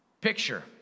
Picture